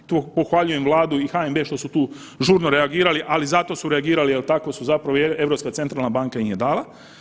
Tu pohvaljujem Vladu i HNB što su tu žurno reagirali, ali zato su reagirali jel tako su zapravo i Europska centralna banka im je dala.